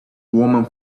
woman